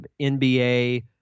NBA